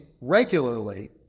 regularly